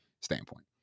standpoint